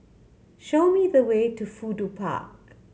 show me the way to Fudu Park